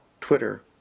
Twitter